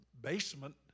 basement